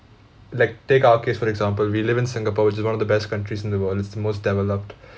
like take our case for example we live in singapore which is one of the best countries in the world it's the most developed